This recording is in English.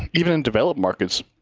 even in developed markets,